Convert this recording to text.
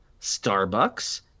Starbucks